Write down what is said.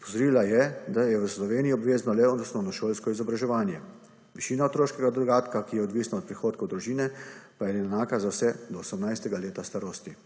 Opozorila je, da v Sloveniji obvezno le osnovnošolsko izobraževanje, višina otroškega dodatka, ki je odvisna od prihodkov družine, pa je enaka za vse do 18. leta starosti.